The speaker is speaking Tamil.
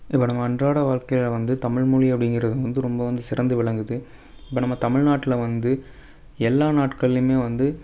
இப்போ நம்ம அன்றாட வாழ்க்கையில் வந்து தமிழ் மொழி அப்படிங்கிறது வந்து ரொம்ப வந்து சிறந்து விளங்குது இப்போ நம்ம தமிழ்நாட்டில் வந்து எல்லா நாட்கள்லேமே வந்து